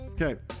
Okay